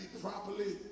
properly